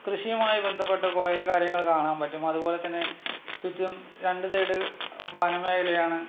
കൃഷിയുമായി ബന്ധപ്പെട്ട കുറേ കാര്യങ്ങൾ കാണാൻ പറ്റും അതുപോലെ തന്നെ ചുറ്റും രണ്ട് സൈഡ് വന മേഖലയാണ്